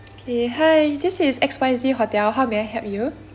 okay hi this is X Y Z hotel how may I help you